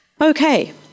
Okay